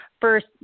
first